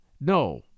No